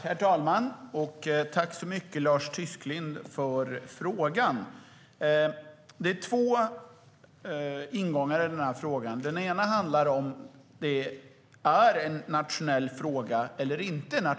Herr talman! Tack, Lars Tysklind, för frågan! Det finns två ingångar i den här frågan. Den ena handlar om huruvida det är en nationell fråga eller inte.